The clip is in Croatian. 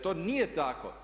To nije tako.